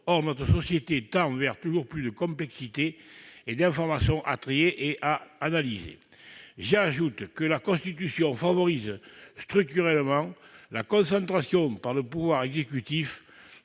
Or notre société tend vers toujours plus de complexité et d'informations à trier et à analyser. J'ajoute que la Constitution favorise structurellement la concentration par le pouvoir exécutif